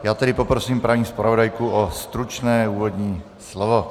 Já tedy poprosím paní zpravodajku o stručné úvodní slovo.